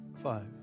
Five